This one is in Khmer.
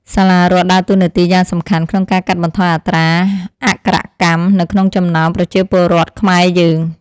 សាលារដ្ឋដើរតួនាទីយ៉ាងសំខាន់ក្នុងការកាត់បន្ថយអត្រាអក្ខរកម្មនៅក្នុងចំណោមប្រជាពលរដ្ឋខ្មែរយើង។